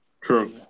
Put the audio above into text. True